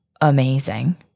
amazing